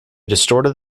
distorted